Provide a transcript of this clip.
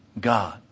God